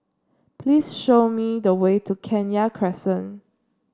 please show me the way to Kenya Crescent